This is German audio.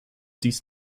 dies